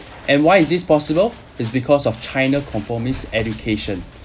and why is this possible it's because of china conformist education